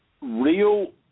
Real